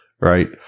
Right